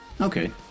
Okay